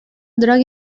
drug